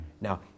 Now